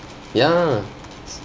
ya